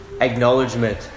acknowledgement